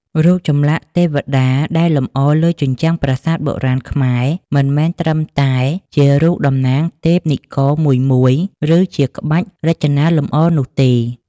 រូបចម្លាក់ទេវតាដែលលម្អលើជញ្ជាំងប្រាសាទបុរាណខ្មែរ មិនមែនត្រឹមតែជារូបតំណាងទេពនិករមួយៗ ឬជាក្បាច់រចនាលម្អនោះទេ។